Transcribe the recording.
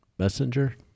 Messenger